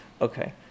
Okay